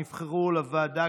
נבחרו לוועדה,